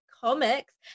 comics